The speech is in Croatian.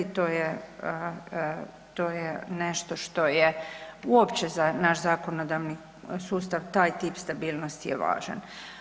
To je nešto što je uopće za naš zakonodavni sustav taj tip stabilnosti je važan.